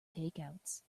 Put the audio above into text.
takeouts